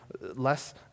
less